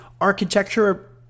architecture